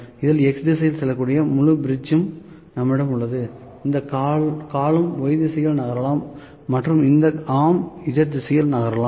இதில் X திசையில் செல்லக்கூடிய முழு பிரிட்ஜ்ம் நம்மிடம் உள்ளது இந்த காலும் Y திசையில் நகரலாம் மற்றும் இந்த ஆர்ம் Z திசையில் நகரலாம்